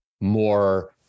more